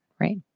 Right